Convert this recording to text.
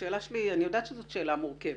יודעת שזאת שאלה מורכבת.